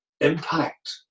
impact